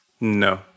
No